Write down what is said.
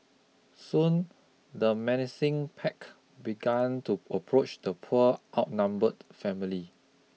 soon the menacing pack begun to approach the poor outnumbered family